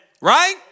Right